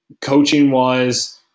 coaching-wise